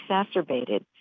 exacerbated